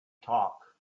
talk